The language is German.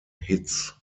hits